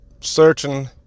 searching